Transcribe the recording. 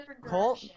Cole